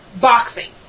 Boxing